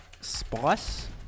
spice